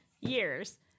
years